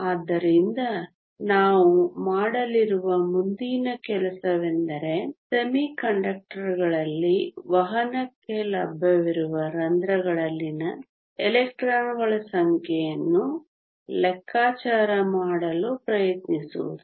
ಆದ್ದರಿಂದ ನಾವು ಮಾಡಲಿರುವ ಮುಂದಿನ ಕೆಲಸವೆಂದರೆ ಅರೆವಾಹಕನಲ್ಲಿ ವಹನಕ್ಕೆ ಲಭ್ಯವಿರುವ ರಂಧ್ರಗಳಲ್ಲಿನ ಎಲೆಕ್ಟ್ರಾನ್ಗಳ ಸಂಖ್ಯೆಯನ್ನು ಲೆಕ್ಕಾಚಾರ ಮಾಡಲು ಪ್ರಯತ್ನಿಸುವುದು